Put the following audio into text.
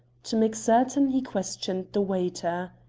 to make certain he questioned the waiter.